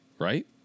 right